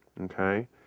Okay